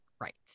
Right